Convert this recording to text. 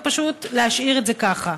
ופשוט להשאיר את זה ככה.